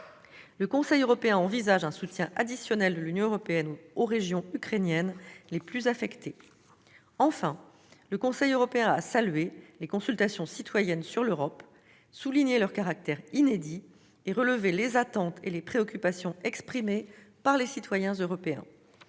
Le Conseil européen envisage un soutien additionnel de l'Union européenne aux régions ukrainiennes les plus affectées. Enfin, il a salué les consultations citoyennes sur l'Europe, souligné leur caractère inédit et relevé les attentes et les préoccupations exprimées par les citoyens européens.